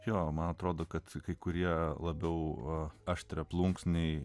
jo man atrodo kad kai kurie labiau buvo aštriaplunksniai